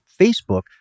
Facebook